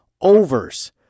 overs